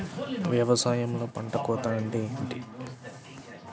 వ్యవసాయంలో పంట కోత అంటే ఏమిటి?